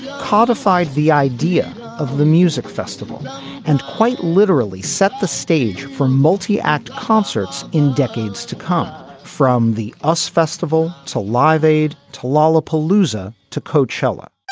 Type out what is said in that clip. codified the idea of the music festival and quite literally set the stage for multi act concerts in decades to come from the us festival to live aid to lollapalooza to coachella